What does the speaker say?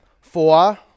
Four